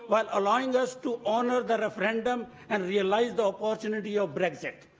but allowing us to honour the referendum and realise the opportunity of brexit.